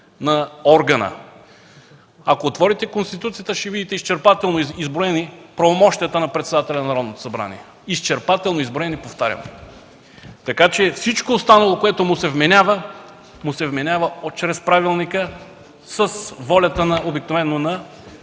на органа. Ако отворите Конституцията, ще видите изчерпателно изброени правомощията на председателя на Народното събрание. Изчерпателно изброени, повтарям. Всичко останало, което му се вменява, му се вменява чрез правилника, с волята обикновено на